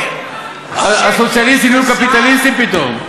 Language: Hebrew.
הסוציאליסטים נהיו קפיטליסטים פתאום.